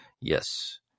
yes